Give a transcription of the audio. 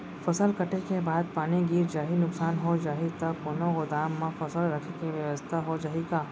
फसल कटे के बाद पानी गिर जाही, नुकसान हो जाही त कोनो गोदाम म फसल रखे के बेवस्था हो जाही का?